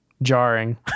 Jarring